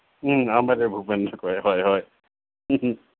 আমাদেৰ ভূপেনদা কয় হয় হয়